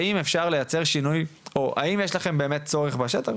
האם אפשר לייצר שינוי או האם יש לכם באמת צורך בשטח?